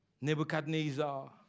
Nebuchadnezzar